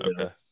okay